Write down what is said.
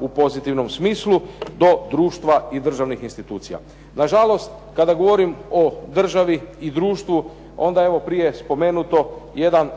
u pozitivnom smislu do društva i državnih institucija. Nažalost, kada govorim o državi i društvu onda je evo prije spomenuto jedan